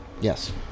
Yes